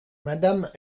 madame